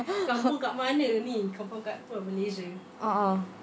uh uh